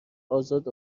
ازاد